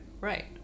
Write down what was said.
Right